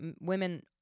women